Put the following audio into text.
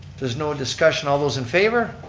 there's no discussion, all those in favor,